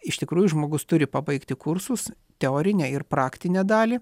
iš tikrųjų žmogus turi pabaigti kursus teorinę ir praktinę dalį